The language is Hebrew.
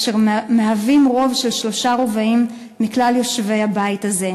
אשר מהווים רוב של שלושה-רבעים בכלל יושבי הבית הזה,